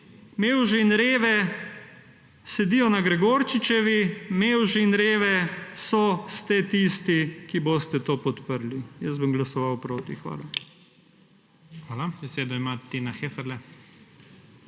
mevže in reve sedijo na Gregorčičevi. Mevže in reve ste tisti, ki boste to podprli. Jaz bom glasoval proti. Hvala.